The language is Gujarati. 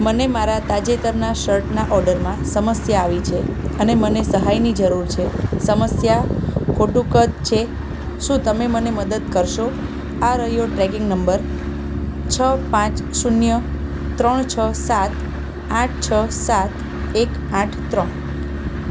મને મારા તાજેતરના શર્ટના ઓર્ડરમાં સમસ્યા આવી છે અને મને સહાયની જરૂર છે સમસ્યા ખોટું કદ છે શું તમે મને મદદ કરશો આ રહ્યો ટ્રેકિંગ નંબર છ પાંચ શૂન્ય ત્રણ છ સાત આઠ છ સાત એક આઠ ત્રણ